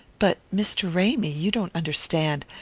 but, mr. ramy, you don't understand.